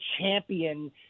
champion